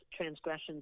transgressions